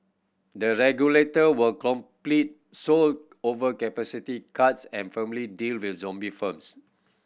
the regulator will complete overcapacity cuts and firmly deal with zombie firms